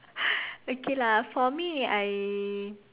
okay lah for me I